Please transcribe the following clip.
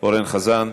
אורן חזן,